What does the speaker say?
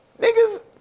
niggas